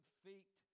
feet